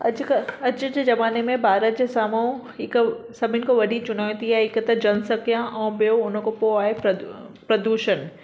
अॼु कल्ह अॼु जे ज़माने में भारत जे साम्हूं हिक सभिनि खां वॾी चुनौती आहे हिकु त जनसंख्या ऐं ॿियो उनखां पोइ आहे प्रदू प्रदूषण